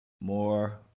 more